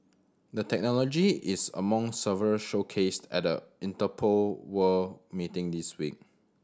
the technology is among several showcased at the Interpol World meeting this week